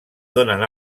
donen